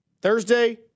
Thursday